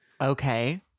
Okay